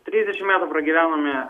trisdešimt metų pragyvenome